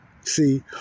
See